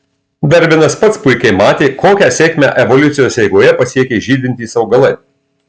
darvinas pats puikiai matė kokią sėkmę evoliucijos eigoje pasiekė žydintys augalai